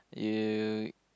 you